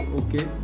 okay